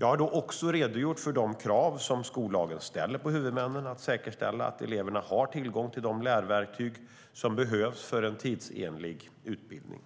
Jag har då också redogjort för de krav som skollagen ställer på huvudmännen att säkerställa att eleverna har tillgång till de lärverktyg som behövs för en tidsenlig utbildning.